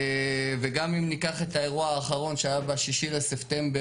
גם אם ניקח את האירוע האחרון שהיה ב-6 בספטמבר,